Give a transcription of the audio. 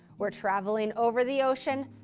we're traveling over the ocean,